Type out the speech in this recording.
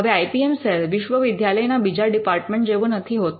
હવે I P M cell વિશ્વવિદ્યાલયના બીજા ડિપાર્ટમેન્ટ જેવો નથી હોતો